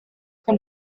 von